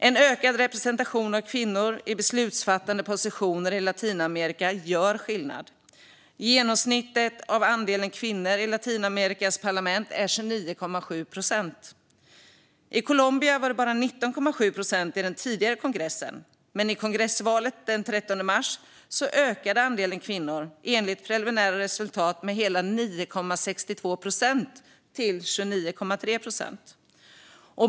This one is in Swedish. En ökad representation av kvinnor i beslutsfattande positioner i Latinamerika gör skillnad. Genomsnittet av andelen kvinnor i Latinamerikas parlament är 29,7 procent. I Colombia var det bara 19,7 procent i den tidigare kongressen, men i kongressvalet den 13 mars ökade andelen kvinnor enligt preliminära resultat med hela 9,62 procent till 29,3 procent.